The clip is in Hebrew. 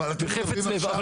בחפץ לב.